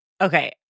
Okay